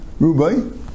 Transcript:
Rubai